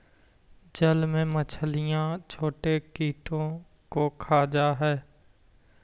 जल में मछलियां छोटे कीटों को खा जा हई